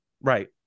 Right